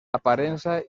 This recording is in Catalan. aparença